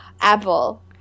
Apple